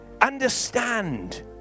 understand